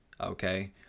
Okay